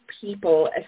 people